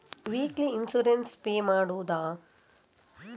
Weekly insurance pay ಮಾಡುವುದ?